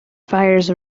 fires